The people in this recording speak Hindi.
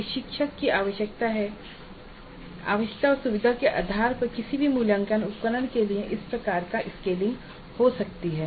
प्रशिक्षक की आवश्यकता और सुविधा के आधार पर किसी भी मूल्यांकन उपकरण के लिए इस प्रकार का स्केलिंग हो सकती है